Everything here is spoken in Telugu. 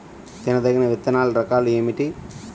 తినదగిన విత్తనాల రకాలు ఏమిటి?